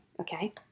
okay